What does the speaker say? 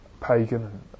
pagan